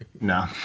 No